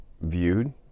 viewed